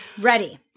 Ready